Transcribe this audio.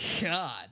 God